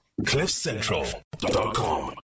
Cliffcentral.com